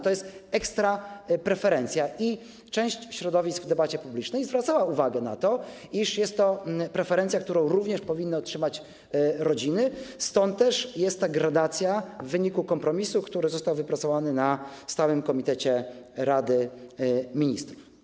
To jest ekstrapreferencja i część środowisk w debacie publicznej zwracała uwagę na to, iż jest to preferencja, którą również powinny otrzymać rodziny, stąd też jest ta gradacja w wyniku kompromisu, który został wypracowany na posiedzeniu Komitetu Stałego Rady Ministrów.